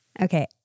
Okay